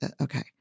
Okay